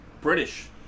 British